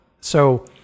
So-